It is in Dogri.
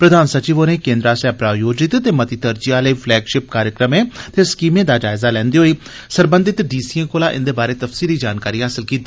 प्रधान सचिव होरें केन्द्र आस्सेआ प्रायोजित ते मती तरजीह आले पलैगशिप कार्यक्रमें ते स्कीमें दा जायजा लैंदे होई सरबंघत डीसीए कोला इंदे बारे तफसीली जानकारी हासल कीती